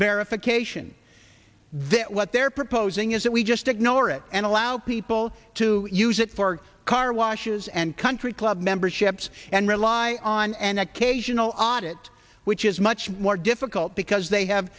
that what they're proposing is that we just ignore it and allow people to use it for car washes and country club memberships and rely on an occasional audit which is much more difficult because they have